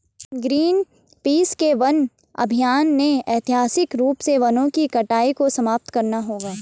Greenpeace के वन अभियान ने ऐतिहासिक रूप से वनों की कटाई को समाप्त करना होगा